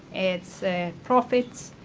it's profits.